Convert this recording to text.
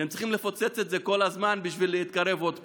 שהם צריכים לפוצץ את זה כל הזמן בשביל להתקרב עוד פעם.